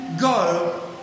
go